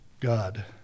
God